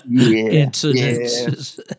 incidents